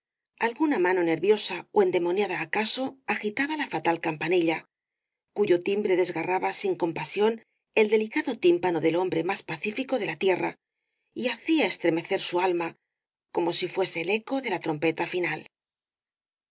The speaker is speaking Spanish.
alguna mano nerviosa ó endemoniada acaso agitaba la fatal campanilla cuyo timbre desgarraba sin compasión el delicado tímpano del hombre más pacífico de la tierra y hacía estremecer su alma como si fuese el eco de la trompeta final